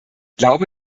glaube